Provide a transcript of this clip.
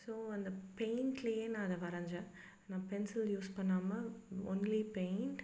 so அந்த பெயிண்ட்லேயே நான் அதை வரைஞ்சேன் நான் பென்சில் யூஸ் பண்ணாமல் ஒன்லி பெயிண்ட்